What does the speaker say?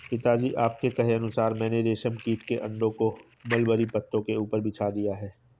पिताजी आपके कहे अनुसार मैंने रेशम कीट के अंडों को मलबरी पत्तों के ऊपर बिछा दिया है